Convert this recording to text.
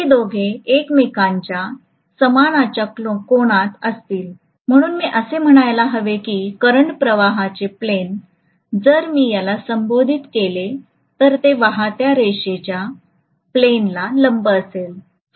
हे दोघे एकमेकांच्या समानाच्या कोनात असतील म्हणून मी असे म्हणायला हवे की करंट प्रवाहाचे प्लेन जर मी याला संबोधित केले तर ते वाहत्या रेषांच्या प्लेनला लंब असेल